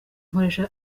nkoresha